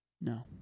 No